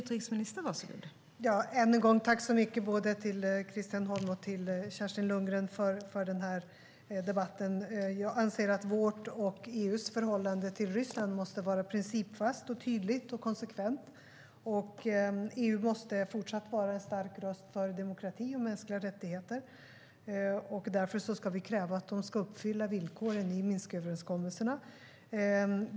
Fru talman! Jag tackar än en gång Christian Holm och Kerstin Lundgren så mycket för debatten. Jag anser att vårt och EU:s förhållande till Ryssland måste vara principfast, tydligt och konsekvent. EU måste fortsatt vara en stark röst för demokrati och mänskliga rättigheter, och därför ska vi kräva att de uppfyller villkoren i Minsköverenskommelsen.